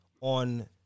on